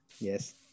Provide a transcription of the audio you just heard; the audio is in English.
Yes